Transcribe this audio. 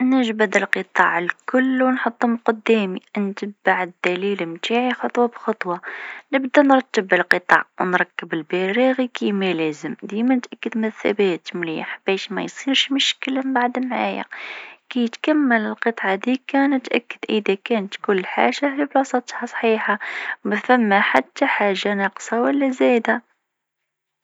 باش تركب قطعة أثاث أساسية، أول حاجة تفتح العلبة وتتحقق من كل القطع والأدوات. بعدين، تتبع التعليمات خطوة بخطوة. ابدأ بتجميع الأجزاء الكبيرة أولًا، مثل الهيكل أو القاعدة. ثم، ركب الأجزاء الأصغر مثل الأرفف أو الأدراج. استخدم الأدوات المرفقة لربط الأجزاء مع بعضها بإحكام. في الآخر، تأكد من ثبات القطعة وراجع كل المسامير.